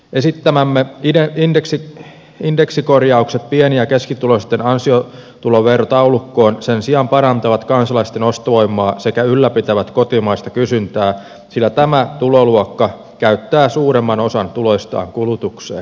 esittämämme indeksikorjaukset pieni ja keskituloisten ansiotuloverotaulukkoon sen sijaan parantavat kansalaisten ostovoimaa sekä ylläpitävät kotimaista kysyntää sillä tämä tuloluokka käyttää suuremman osan tuloistaan kulutukseen